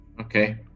Okay